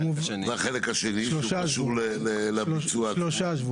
והחלק השני שהוא קשור לביצוע עצמו?